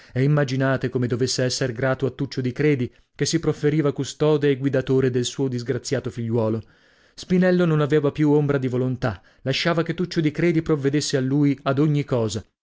e immaginate come dovesse esser grato a tuccio di credi che si profferiva custode e guidatore del suo disgraziato figliuolo spinello non aveva più ombra di volontà lasciava che tuccio di credi provvedesse lui ad ogni cosa